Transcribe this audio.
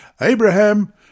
Abraham